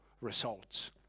results